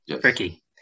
tricky